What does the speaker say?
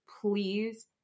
please